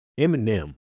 Eminem